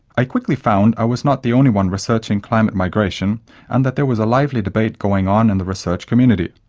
i quickly found i was not the only one researching climate migration and that there was a lively debate going on in the research community.